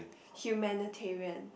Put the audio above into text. humanitarian